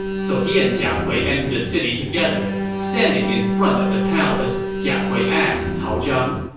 so he and jia kui entered the city together. standing in front of the palace, jia kui asked cao zhang,